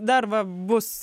darbą bus